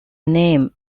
name